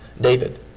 David